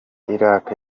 iraq